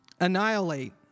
annihilate